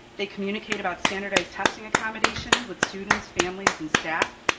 they communicate about standardized testing accommodation with students, families and staff.